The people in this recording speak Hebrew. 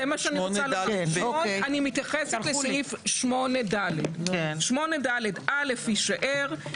אני מתייחסת לסעיף 8ד. 8ד(א) - יישאר.